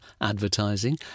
advertising